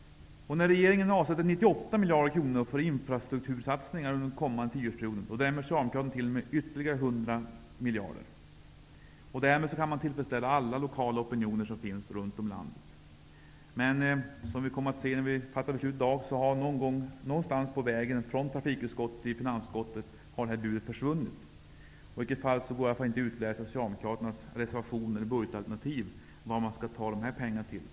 När regeringen avsätter 98 miljarder kronor för infrastruktursatsningar under den kommande tioårsperioden drämmer Socialdemokraterna till med ytterligare 100 miljarder. Därmed kan man tillfredsställa alla lokala opinioner som finns runt om i landet. Men någonstans på vägen från trafikutskottet till finansutskottet, vilket vi också kommer att se när vi i dag fattar beslut, har detta bud försvunnit. I vilket fall går det inte att utläsa i socialdemokraternas reservationer och budgetalternativ var man skall ta dessa pengarna.